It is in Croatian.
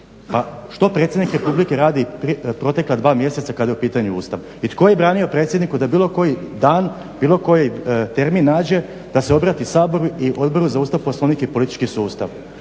pa što predsjednik Republike radi protekla dva mjeseca kad je u pitanju Ustav? I tko je branio predsjedniku da bilo koji dan, bilo koji termin nađe da se obrati Saboru i Odboru za Ustav, Poslovnik i politički sustav?